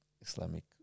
Islamic